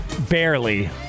Barely